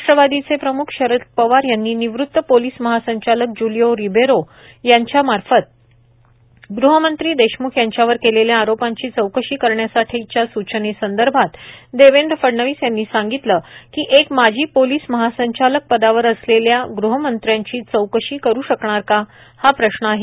राष्ट्रवादीचे प्रमुख शरद पवार यांनी निवृत्त पोलिस महासंचालक ज्य्लिओ रिबेरो यांच्या मार्फत गृहमंत्री देशम्ख यांच्यावर केलेल्या आरोपाची चौकशी करण्यासाठीची सूचनेसंदर्भात देवेंद्र फडणवीस यांनी सांगितले की एक माजी पोलिस महासंचालक पदावर असलेल्या गृहमंत्र्याची चौकशी करू शकणार का हा प्रश्न आहे